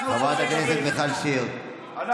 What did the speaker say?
אולי תתחיל לממן לציבור משהו